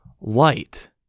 light